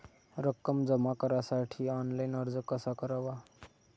रक्कम जमा करण्यासाठी ऑनलाइन अर्ज कसा करावा?